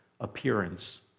appearance